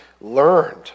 learned